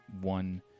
one